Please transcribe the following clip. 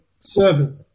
Seven